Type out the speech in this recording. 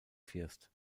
first